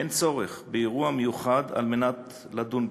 אין צורך באירוע מיוחד על מנת לדון בכך.